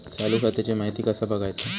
चालू खात्याची माहिती कसा बगायचा?